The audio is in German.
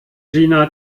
gina